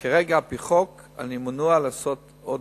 כרגע, על-פי חוק, אני מנוע מלעשות עוד